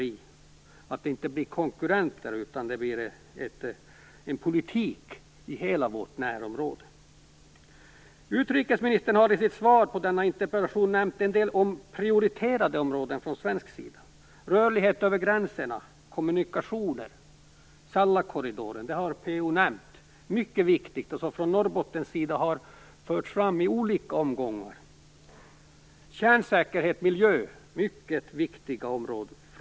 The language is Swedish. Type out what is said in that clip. Barentsområdet och Östersjöregionen får inte konkurrera med varandra. Politiken måste omfatta hela vårt närområde. Utrikesministern har i sitt svar på denna interpellation nämnt en del områden som prioriterade från svensk sida. Viktiga moment är rörlighet över gränserna, kommunikationer och Sallakorridoren, vilka har förts fram i olika omgångar av oss från Norrbotten. Mycket viktiga frågor är kärnsäkerhet och miljö.